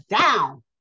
down